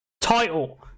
title